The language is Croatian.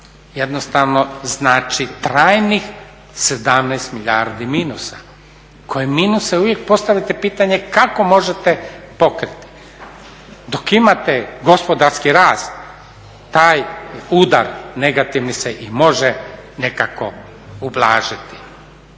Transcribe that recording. jednostavno znači trajnih 17 milijardi minusa koje minusa, uvijek postavite pitanje kako možete pokriti. Dok imate gospodarski rast taj udar negativni se i može nekako ublažiti,